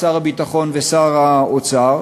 שר הביטחון ושר האוצר,